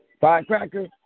Firecracker